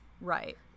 Right